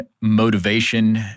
motivation